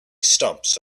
stumps